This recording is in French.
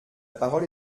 parole